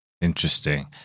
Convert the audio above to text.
Interesting